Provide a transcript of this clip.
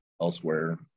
elsewhere